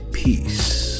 Peace